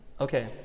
Okay